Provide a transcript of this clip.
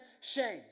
shame